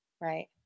right